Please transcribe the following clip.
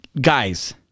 guys